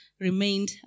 remained